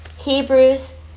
Hebrews